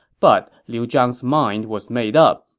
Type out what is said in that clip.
but liu zhang's mind was made up,